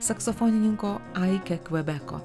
saksofonininko aikė kvebeko